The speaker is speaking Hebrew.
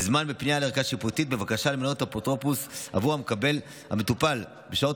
וזמן או פנייה לערכאה שיפוטית בבקשה למנות אפוטרופוס בעבור המטופל בשעות